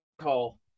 call